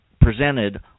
Presented